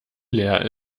leer